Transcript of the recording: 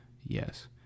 Yes